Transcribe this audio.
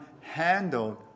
handled